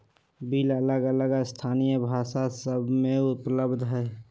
bill अलग अलग स्थानीय भाषा सभ में उपलब्ध हइ